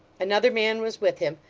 another man was with him,